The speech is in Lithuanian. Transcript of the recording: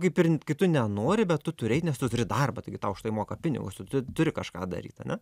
kaip ir kai tu nenori bet tu turi eit nes tu turi darbą taigi tau už tai moka pinigus tu turi kažką daryt ane